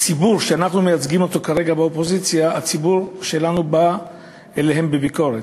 הציבור שאנחנו מייצגים אותו כרגע באופוזיציה בא אליהם בביקורת.